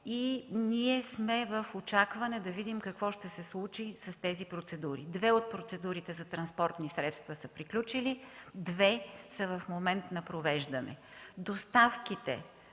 Ние сме в очакване да видим какво ще се случи с тези процедури. Две от процедурите за транспортни средства са приключили, две са в момент на провеждане. Това